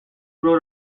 wrote